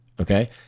okay